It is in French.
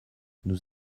nous